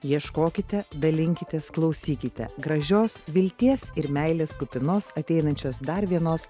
ieškokite dalinkitės klausykite gražios vilties ir meilės kupinos ateinančios dar vienos